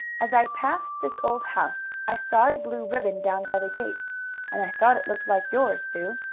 as i passed this old house i saw a blue ribbon down by the gate and i thought it looked like yours, sue.